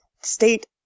state